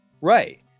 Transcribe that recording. right